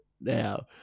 Now